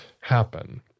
happen